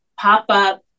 pop-up